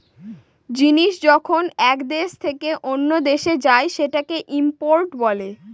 জিনিস যখন এক দেশ থেকে অন্য দেশে যায় সেটাকে ইম্পোর্ট বলে